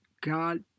God